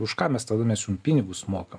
už ką mes tada mes jum pinigus mokam